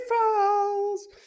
falls